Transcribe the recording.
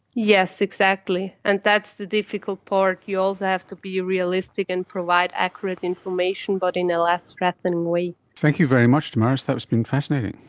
yes, exactly, and that's the difficult part, you also have to be realistic and provide accurate information but in a less threatening way. thank you very much damaris, that has been fascinating.